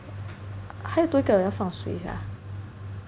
还有多一个人要放谁 sia